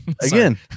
Again